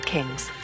Kings